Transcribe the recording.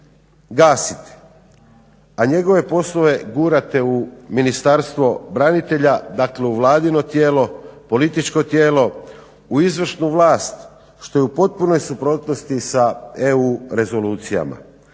gasiti, a njegove poslove gurate u Ministarstvo branitelja, dakle u vladino tijelo, političko tijelo, u izvršnu vlast što je u potpunoj suprotnosti sa EU rezolucijom.